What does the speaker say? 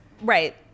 right